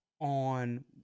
on